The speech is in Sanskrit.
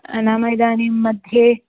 नाम इदानीम्मध्ये